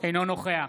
אינו נוכח